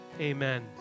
Amen